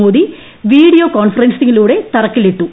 Modi video കോൺഫറൻസിംഗിലൂടെ തറക്കല്ലിട്ടു